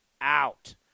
Out